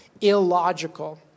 illogical